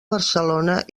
barcelona